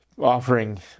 offering